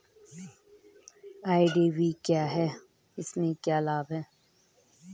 IDV क्या है इसमें क्या लाभ है?